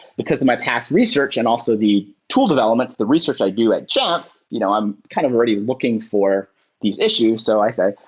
because of my past research and also the tool development the research i do at jamf, you know i am kind of already looking for these issues. so i said,